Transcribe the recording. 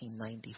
1994